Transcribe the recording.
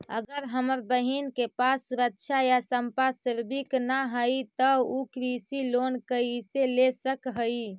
अगर हमर बहिन के पास सुरक्षा या संपार्श्विक ना हई त उ कृषि लोन कईसे ले सक हई?